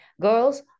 girls